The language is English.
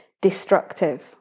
destructive